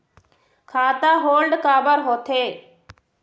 खाता होल्ड काबर होथे?